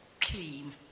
clean